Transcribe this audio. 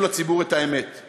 בעתיד היא